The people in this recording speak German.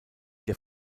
der